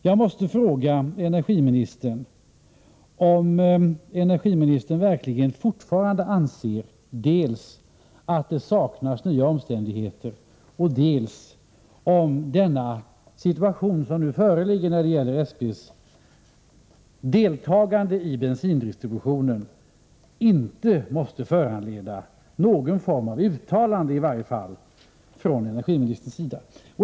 Jag måste fråga energiministern om energiministern verkligen fortfarande anser dels att det saknas nya omständigheter, dels om den situation som nu föreligger när det gäller SP:s deltagande i bensindistributionen inte måste föranleda i varje fall någon form av uttalande från energiministern.